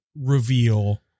reveal